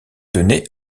tenez